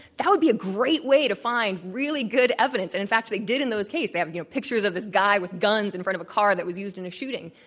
that would be a great way to find really good evidence. and, in fact, they did in those cases. they have, you know, pictures of this guy with guns in front of a car that used in a shooting.